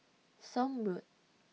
Somme Road